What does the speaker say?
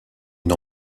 une